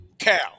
Cal